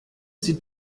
sie